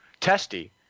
testy